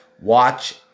watch